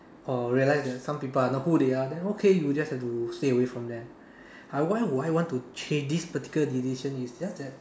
or realise that some people are not who they are then okay you just have to stay away from them how why do I want to change this particular decision is just that